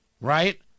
Right